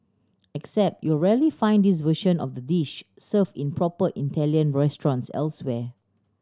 except you'll rarely find this version of the dish served in proper Italian restaurants elsewhere